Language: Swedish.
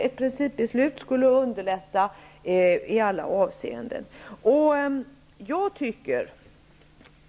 Ett principbeslut skulle underlätta i alla avseenden.